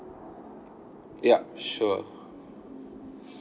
yup sure